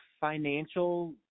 financial